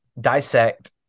dissect